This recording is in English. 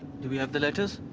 do we have the letters?